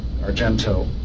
Argento